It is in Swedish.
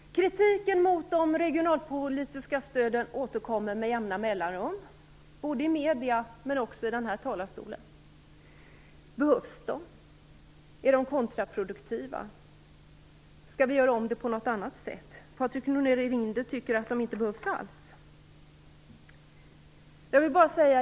Kritiken mot de regionalpolitiska stöden återkommer med jämna mellanrum, både i medierna och i denna talarstol: Behövs de? Är de kontraproduktiva? Skall vi göra om dem på något annat sätt? Patrik Norinder tycker att de inte alls behövs.